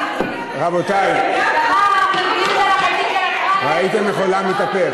רבותי, ראיתם איך עולם מתהפך.